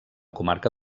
comarca